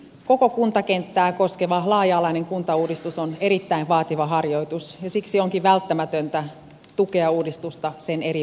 koko kuntakenttää koskeva laaja alainen kuntauudistus on erittäin vaativa harjoitus ja siksi onkin välttämätöntä tukea uudistusta sen eri vaiheissa